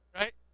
right